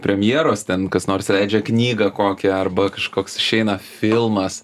premjeros ten kas nors leidžia knygą kokią arba kažkoks išeina filmas